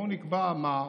בואו נקבע מה.